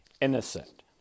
innocent